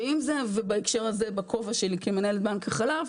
ואם זה ובהקשר הזה בכובע שלי כמנהלת בנק החלב,